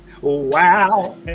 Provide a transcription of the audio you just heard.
wow